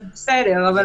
אז בסדר.